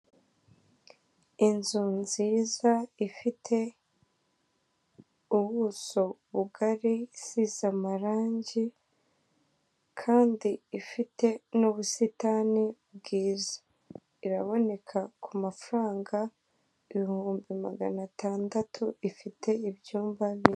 Inzu nziza, ifite ubuso bugari, isize amarange Kandi ifite n'ubusitani bwiza, iraboneka ku mafaranga ibihumbi maganatandatu ifite ibyumba bine.